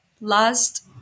last